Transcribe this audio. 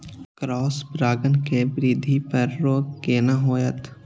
Cross परागण के वृद्धि पर रोक केना होयत?